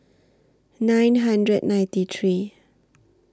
nine hundred and ninety three